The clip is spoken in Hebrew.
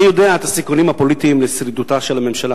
אני יודע את הסיכונים הפוליטיים לשרידותה של הממשלה